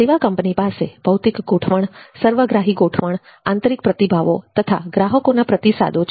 સેવા કંપની પાસે ભૌતિક ગોઠવણ સર્વગ્રાહી ગોઠવણ આંતરિક પ્રતિભાવો તથા ગ્રાહકોના પ્રતિસાદો છે